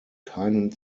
keinen